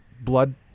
blood